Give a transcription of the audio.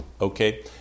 Okay